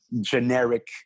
generic